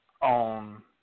On